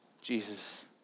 Jesus